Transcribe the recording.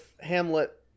hamlet